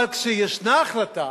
אבל כשישנה החלטה,